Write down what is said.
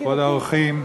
כבוד האורחים,